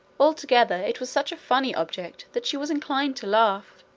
altogether it was such a funny object that she was inclined to laugh,